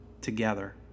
together